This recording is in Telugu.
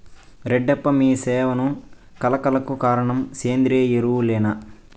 రెడ్డప్ప మీ సేను కళ కళకు కారణం సేంద్రీయ ఎరువులేనా